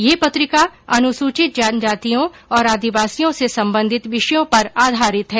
यह पत्रिका अनुसूचित जनजातियों और आदिवासियों से संबंधित विषयों पर आधारित है